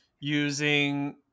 using